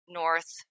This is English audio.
north